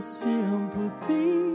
sympathy